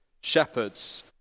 shepherds